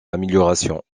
amélioration